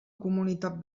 comunitat